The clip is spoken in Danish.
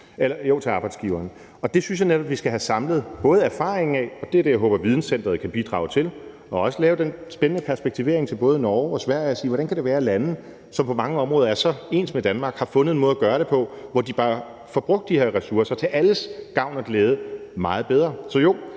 til arbejdsgiveren. Det synes jeg netop vi skal have samlet erfaringen af, og det er det, jeg håber videncenteret kan bidrage til. Det kan også lave den spændende perspektivering til både Norge og Sverige og sige: Hvordan kan det være, at lande, som på mange områder er så ens med Danmark, har fundet en måde at gøre det på, hvor de bare får brugt de her ressourcer meget bedre til alles gavn og glæde? Så jo,